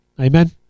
Amen